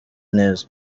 neza